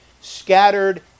scattered